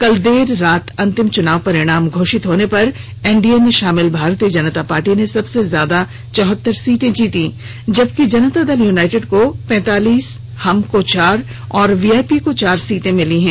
कल देर रात अंतिम चुनाव परिणाम घोषित होने पर एनडीए में शामिल भारतीय जनता पार्टी ने सबसे ज्यादा चौहत्तर सीटें जीती हैं जबकि जनता दल यूनाईटेड को तैंतालीस हम को चार और वीआईपी को चार सीटें मिली हैं